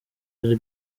ari